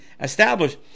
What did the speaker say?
established